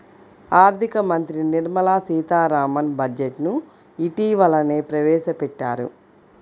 ఆర్ధిక మంత్రి నిర్మలా సీతారామన్ బడ్జెట్ ను ఇటీవలనే ప్రవేశపెట్టారు